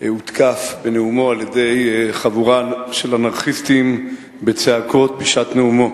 הותקף בנאומו על-ידי חבורה של אנרכיסטים בצעקות בשעת נאומו,